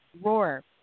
Roar